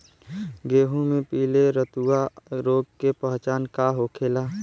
गेहूँ में पिले रतुआ रोग के पहचान का होखेला?